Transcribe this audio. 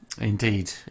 Indeed